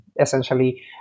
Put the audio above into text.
Essentially